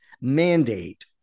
mandate